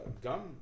Gum